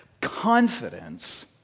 confidence